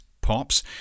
pops